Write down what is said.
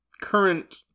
current